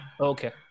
Okay